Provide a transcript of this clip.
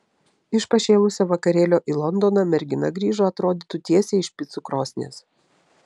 iš pašėlusio vakarėlio į londoną mergina grįžo atrodytų tiesiai iš picų krosnies